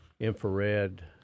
infrared